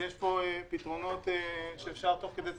יש פתרונות שאפשר לעשות תוך כדי תנועה.